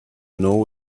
know